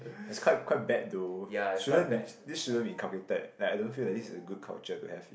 that's quite quite bad though shouldn't this shouldn't be inculcated like I don't feel like this is a good culture to have in